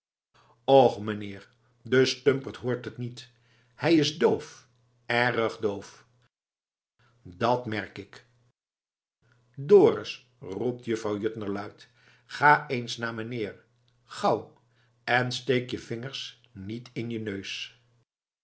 och meneer de stumperd hoort het niet hij is doof erg doof dat merk ik dorus roept juffrouw juttner luid ga eens naar meneer gauw en steek je vingers niet in je neus